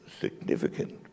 significant